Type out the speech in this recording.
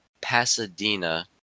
Pasadena